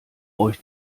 euch